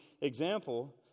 example